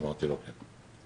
אמרתי לו: כן.